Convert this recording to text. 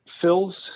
Phil's